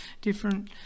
different